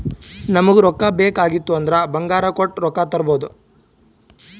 ನಮುಗ್ ರೊಕ್ಕಾ ಬೇಕ್ ಆಗಿತ್ತು ಅಂದುರ್ ಬಂಗಾರ್ ಕೊಟ್ಟು ರೊಕ್ಕಾ ತರ್ಬೋದ್